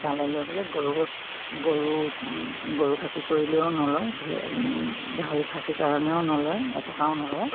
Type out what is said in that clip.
তালৈ লৈ গ'লে গৰু গৰু গৰু খাচী কৰিলেও নলয় গাহৰি খাচীৰ কাৰণেও নলয় এটকাও নলয়